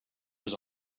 was